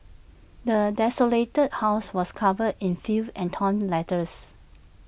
the desolated house was covered in filth and torn letters